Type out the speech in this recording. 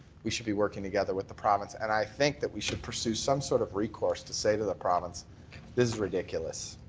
we should be working together with the province and i think we should pursue some sort of recourse to say to the province, this is ridiculous.